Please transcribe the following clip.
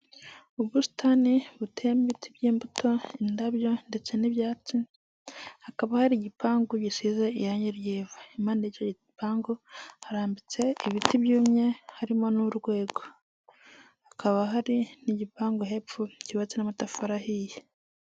Ubusitani buteye mo ibiti by'imbuto, indabyo, ndetse n'ibyatsi, hakaba hari igipangu gisize irangi ry'ivu. Impande y'icyo gipangu harambitse ibiti byumye harimo n'urwego, hakaba hari n'igipangu hepfo cyubatse n'amatafari ahiye.